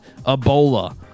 Ebola